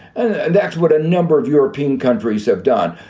and that's what a number of european countries have done.